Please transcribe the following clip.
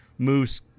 Moose